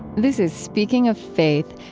this is speaking of faith.